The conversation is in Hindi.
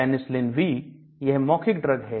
Penicillin V यह मौखिक ड्रग है